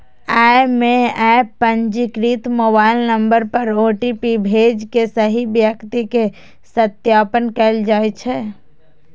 अय मे एप पंजीकृत मोबाइल नंबर पर ओ.टी.पी भेज के सही व्यक्ति के सत्यापन कैल जाइ छै